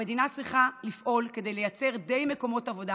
המדינה צריכה לפעול כדי לייצר די מקומות עבודה